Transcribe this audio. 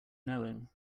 knowing